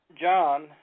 John